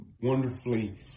wonderfully